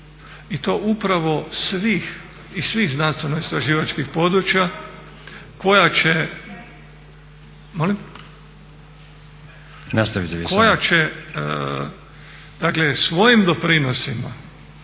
i to upravo svih iz svih znanstveno-istraživačkih područja koja će dakle svojim doprinosima